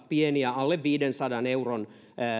pieniä alle viidensadan euron